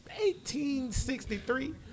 1863